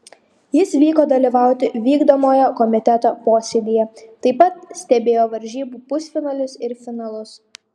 jis vyko dalyvauti vykdomojo komiteto posėdyje taip pat stebėjo varžybų pusfinalius ir finalus